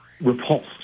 repulsed